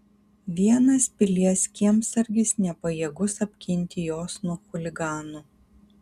vienas pilies kiemsargis nepajėgus apginti jos nuo chuliganų